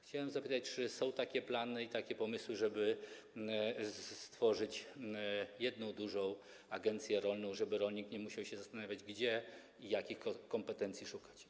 Chciałem zapytać, czy są takie plany i takie pomysły, żeby stworzyć jedną dużą agencję rolną, żeby rolnik nie musiał się zastanawiać, gdzie i jakich kompetencji szukać.